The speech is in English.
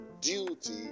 duty